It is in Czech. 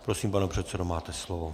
Prosím, pane předsedo, máte slovo.